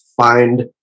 find –